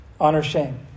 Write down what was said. Honor-shame